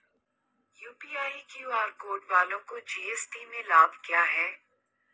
UPI QR code वालों को GST में लाभ क्या है?